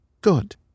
Good